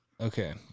Okay